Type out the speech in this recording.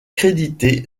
crédité